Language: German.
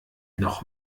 noch